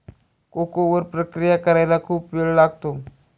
cocoa वर प्रक्रिया करायला खूप वेळ लागतो